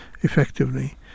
effectively